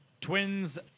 Twins